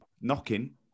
Knocking